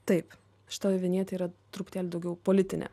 taip šita vinjetė yra truputėlį daugiau politinė